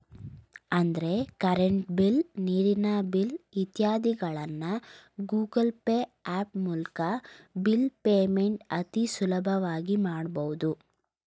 ಅಂದ್ರೆ current bill, ನೀರಿನ bill ಇತ್ಯಾದಿಗಳನ್ನ ಗೂಗಲ್ ಪೇ ಹ್ಯಾಪ್ ಮೂಲ್ಕ ಬಿಲ್ ಪೇಮೆಂಟ್ಸ್ ಅತಿ ಸುಲಭವಾಗಿ ಮಾಡಬಹುದು